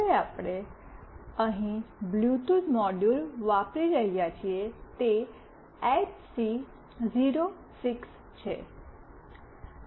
હવે આપણે અહીં બ્લૂટૂથ મોડ્યુલ વાપરી રહ્યા છીએ તે એચસી 06 છે